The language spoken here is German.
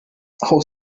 auch